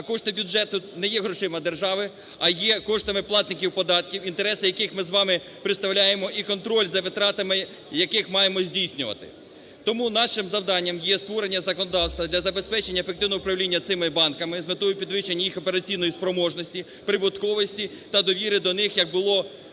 А кошти бюджету не є грошима держави, а є коштами платників податків, інтереси яких ми з вами представляємо і контроль за витратами яких маємо здійснювати. Тому нашим завданням є створення законодавства для забезпечення ефективного управління цими банками з метою підвищення їх операційної спроможності, прибутковості та довіри до них як з боку